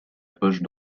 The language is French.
poche